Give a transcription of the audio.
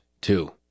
two